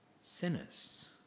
sinners